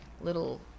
little